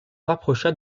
rapprocha